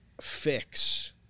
fix